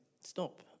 stop